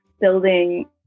building